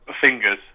Fingers